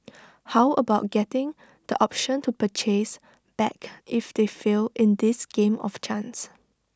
how about getting the option to purchase back if they fail in this game of chance